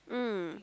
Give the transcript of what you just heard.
mm